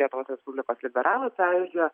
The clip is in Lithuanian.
lietuvos respublikos liberalų sąjūdžio